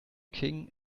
king